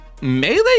melee